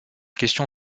question